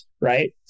right